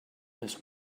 this